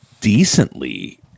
decently